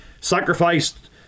sacrificed